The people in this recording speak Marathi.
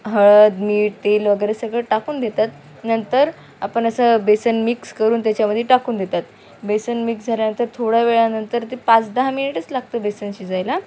हळद मीठ तेल वगैरे सगळं टाकून देतात नंतर आपण असं बेसन मिक्स करून त्याच्यामध्ये टाकून देतात बेसन मिक्स झाल्यानंतर थोड्या वेळानंतर ते पाच दहा मिनिटच लागतं बेसन शिजायला